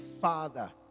father